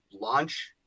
launch